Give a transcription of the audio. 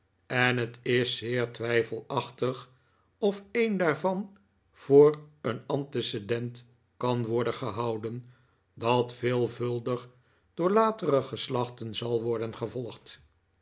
en het is zeer twijfelachtig of een daarvan voor een antecedent kan worden gehouden dat veelvuldig door latere geslachten zal worden gevolgd